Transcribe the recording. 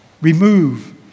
Remove